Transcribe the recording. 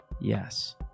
Yes